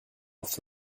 for